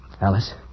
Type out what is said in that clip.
Alice